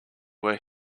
were